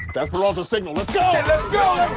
that's peralta's signal. let's go!